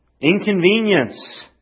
inconvenience